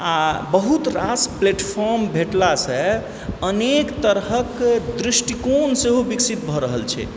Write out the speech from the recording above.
आओर बहुत रास प्लेटफॉर्म भेटलासँ अनेक तरहके दृष्टिकोण सेहो विकसित भऽ रहल छै